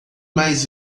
mais